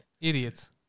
Idiots